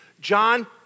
John